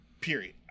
period